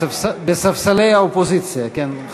בספסלי האופוזיציה, כן?